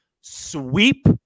sweep